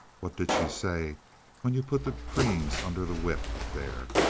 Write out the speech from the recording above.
what did she say when you put the creams under the whip, up there?